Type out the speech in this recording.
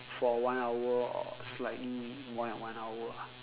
for one hour or slightly more than one hour ah